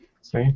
See